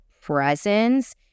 presence